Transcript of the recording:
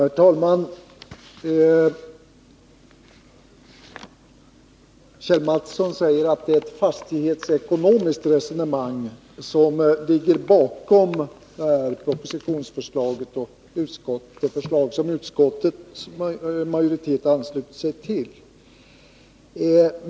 Herr talman! Kjell Mattsson säger att det är ett fastighetsekonomiskt resonemang som ligger bakom propositionen och det förslag som utskottets majoritet har anslutit sig till.